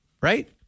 Right